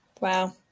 wow